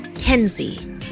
Kenzie